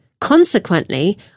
Consequently